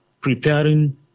preparing